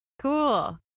cool